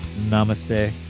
Namaste